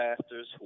pastors